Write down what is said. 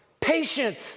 Patient